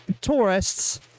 tourists